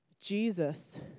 Jesus